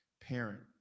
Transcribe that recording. parent